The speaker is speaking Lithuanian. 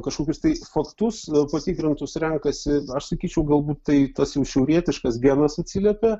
kažkokius tais faktus patikrintus renkasi aš sakyčiau galbūt tai tas jų šiaurietiškas genas atsiliepė